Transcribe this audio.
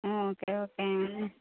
ம் சரி ஓகேங்க